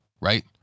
right